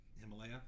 Himalaya